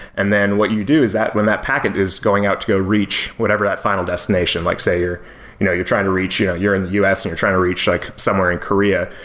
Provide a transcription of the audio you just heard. and then what you do is that, when that packet is going out to go reach whatever that final destination, like say you're you know you're trying to reach, you know, you're in the us and you're trying to reach like somewhere in korea,